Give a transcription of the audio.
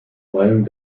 meinung